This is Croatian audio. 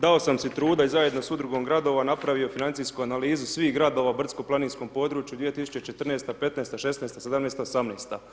Dao sam si truda i zajedno sa Udrugom gradova napravio financijsku analizu svih gradova na brdsko planinskom području 2014., '15., '16., '17., '18.